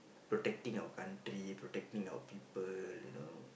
protecting our country protecting our people you know